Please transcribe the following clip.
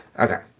Okay